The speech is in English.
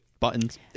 buttons